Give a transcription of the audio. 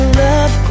love